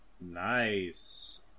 Nice